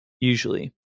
usually